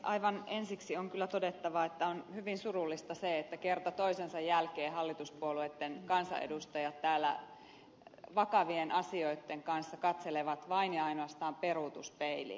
aivan ensiksi on kyllä todettava että on hyvin surullista se että kerta toisensa jälkeen hallituspuolueitten kansanedustajat täällä vakavien asioitten kanssa katselevat vain ja ainoastaan peruutuspeiliin